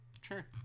sure